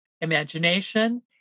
imagination